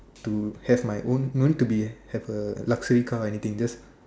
to have my own no need to be have a luxury car or anything just